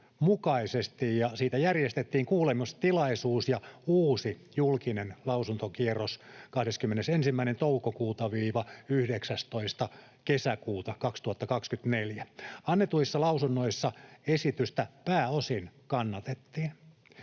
siitä järjestettiin kuulemistilaisuus ja uusi julkinen lausuntokierros 21. toukokuuta — 19. kesäkuuta 2024. Annetuissa lausunnoissa esitystä pääosin kannatettiin.